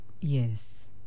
Yes